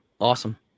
awesome